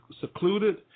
secluded